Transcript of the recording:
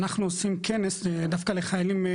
אנחנו עושים כנס דווקא לחיילים,